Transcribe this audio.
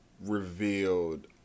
revealed